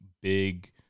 big